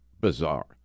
bizarre